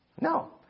No